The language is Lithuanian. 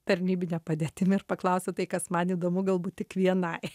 tarnybine padėtimi ir paklausiu tai kas man įdomu galbūt tik vienai